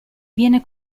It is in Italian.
viene